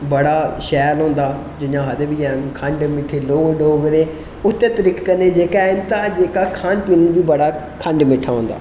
बड़ा शैल होंदा जि'यां आखदे बी हैन खंड मिट्ठे लोक डोगरे उस्सै तरीके कन्मै जेह्का इंदा जेह्का खान पीन बड़ा खंड़ मिट्ठा होंदा